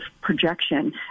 projection